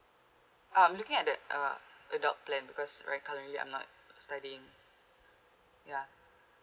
I'm looking at that uh adult plan because right actually I'm not studying ya